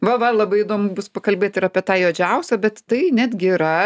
va va labai įdomu bus pakalbėt ir apie tą juodžiausią bet tai netgi yra